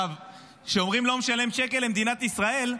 כשאומרים לא משלם שקל למדינת ישראל,